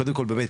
קודם כל באמת,